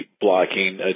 blocking